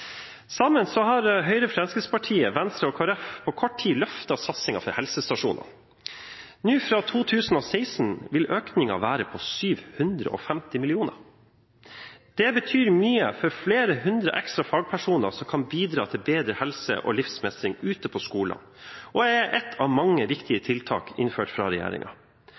Sammen har Høyre, Fremskrittspartiet, Venstre og Kristelig Folkeparti på kort tid løftet satsingen for helsestasjonene. Fra 2016 vil økningen være på 750 mill. kr. Det betyr mye for flere hundre ekstra fagpersoner som kan bidra til bedre helse og livsmestring ute på skolene, og er ett av mange viktige tiltak innført fra